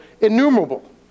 innumerable